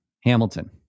Hamilton